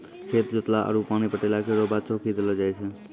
खेत जोतला आरु पानी पटैला केरो बाद चौकी देलो जाय छै?